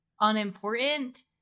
unimportant